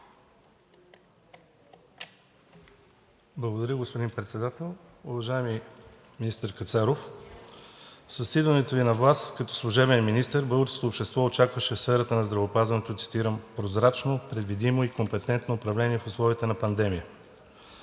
Благодаря, господин Председател. Уважаеми министър Кацаров, с идването Ви на власт като служебен министър българското общество очакваше в сферата на здравеопазването, цитирам: „прозрачно, предвидимо и компетентно управление в условията на пандемия“.